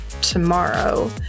tomorrow